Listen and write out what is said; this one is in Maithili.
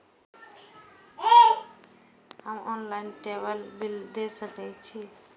हम ऑनलाईनटेबल बील दे सके छी?